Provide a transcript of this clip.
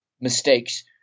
mistakes